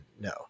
No